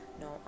No